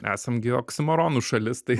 esam gi oksimoronų šalis tai